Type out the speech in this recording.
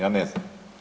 Ja ne znam.